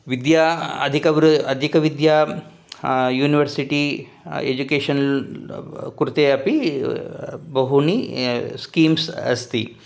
विद्या अदिकवृ अधिकविद्या university education कृते अपि बहूनि स्कीम्स् अस्ति